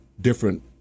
different